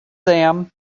them